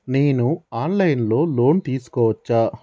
నేను online లో loan తీసుకోవచ్చా?